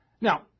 Now